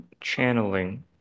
channeling